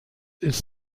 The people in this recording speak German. ist